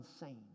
insane